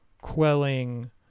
quelling